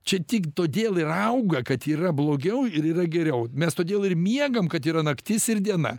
čia tik todėl ir auga kad yra blogiau ir yra geriau mes todėl ir miegam kad yra naktis ir diena